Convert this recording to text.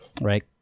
right